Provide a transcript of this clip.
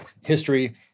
history